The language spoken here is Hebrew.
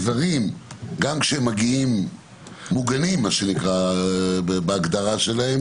כאשר מגיעים זרים מוגנים כפי שנקרה בהגדרה שלהם